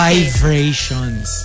Vibrations